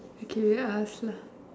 okay wait I ask lah